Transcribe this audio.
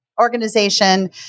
organization